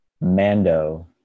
Mando